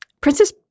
Princess